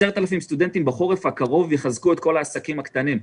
10,000 סטודנטים בחורף הקרוב יחזקו את כל העסקים הקטנים.